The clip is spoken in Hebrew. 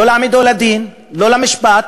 לא להעמידו לדין, לא למשפט,